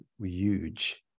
huge